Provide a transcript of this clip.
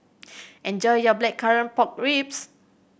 enjoy your Blackcurrant Pork Ribs